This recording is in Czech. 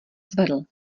zvedl